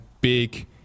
big